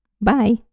Bye